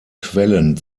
quellen